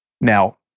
Now